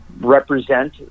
represent